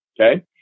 Okay